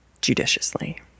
judiciously